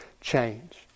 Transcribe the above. change